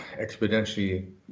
exponentially